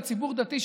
לציבור דתי,